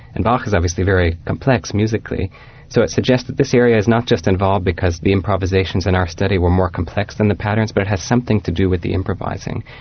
and bach is obviously very complex musically so it suggests that this area is not just involved because the improvisations in our study were more complex than the patterns, but it has something to do with the improvising.